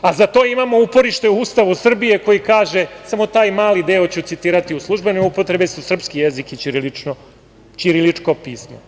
a za to imamo uporište u Ustavu Srbije, koji kaže, samo taj mali deo ću citirati: "U službenoj upotrebi su srpski jezik i ćiriličko pismo"